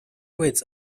weights